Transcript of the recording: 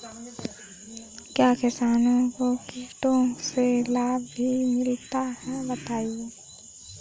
क्या किसानों को कीटों से लाभ भी मिलता है बताएँ?